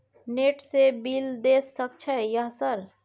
Net से bill देश सक छै यह सर?